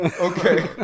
Okay